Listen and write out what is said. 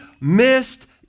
missed